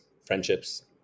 friendships